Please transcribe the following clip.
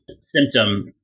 symptom